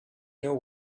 know